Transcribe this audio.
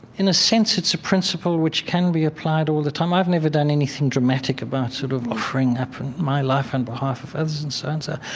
in a sense it's a principle which can be applied all the time. i've never done anything dramatic about, sort of, offering up my life in behalf of others, and so and so.